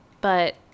But-